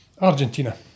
Argentina